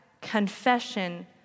confession